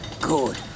Good